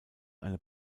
einer